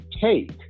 take